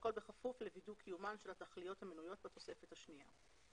והכול בכפוף לווידוא קיומן של התכליות המנויות בתוספת השנייה.